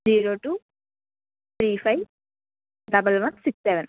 zero two three five double one six seven